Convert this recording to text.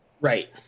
Right